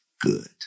good